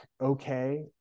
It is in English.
Okay